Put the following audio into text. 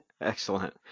Excellent